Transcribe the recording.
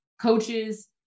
coaches